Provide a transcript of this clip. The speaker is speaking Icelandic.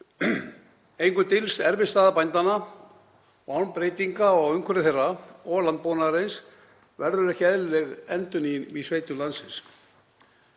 Engum dylst erfið staða bændanna. Án breytinga á umhverfi þeirra og landbúnaðarins verður ekki eðlileg endurnýjun í sveitum landsins.